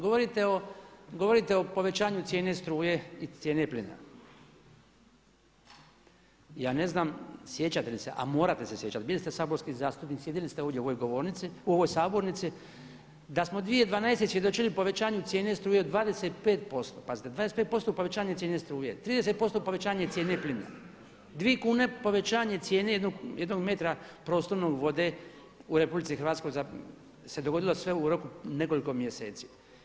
Govorite o povećanju cijene struje i cijene plina, ja ne znam sjećate li se a morate se sjećati, bili ste saborski zastupnik, sjedili ste ovdje u ovoj sabornici, da smo 2012. svjedočili povećanju cijene struje od 25%, pazite 25% povećanje cijene struje, 30% povećanje cijene plina, 2 kune povećanje cijene jednog metra prostornog vode u RH se dogodilo sve u roku od nekoliko mjeseci.